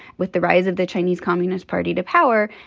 with the rise of the chinese communist party to power.